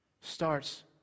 Starts